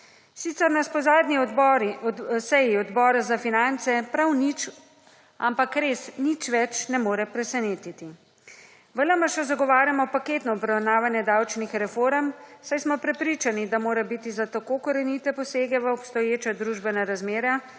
Sicer nas po zadnji seji Odbora za finance prav nič, ampak res nič več ne more presenetiti. V LMŠ zagovarjamo paketno obravnavanje davčnih reform, saj smo prepričani, da mora biti za tako korenite posege v obstoječa družbena razmerja